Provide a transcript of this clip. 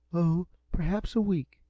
oh, perhaps a week,